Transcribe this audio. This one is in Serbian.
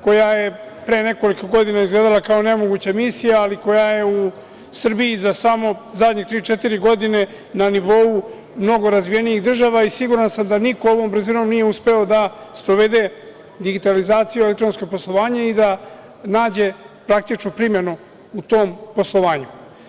koja je pre nekoliko godina izgledala kao nemoguća misija, ali koja je u Srbiji za samo zadnje tri, četiri godine na nivou mnogo razvijenih država i siguran sam da niko ovom brzinom nije uspeo da sprovede digitalizaciju, elektronsko poslovanje i da nađe praktičnu primenu u tom poslovanju.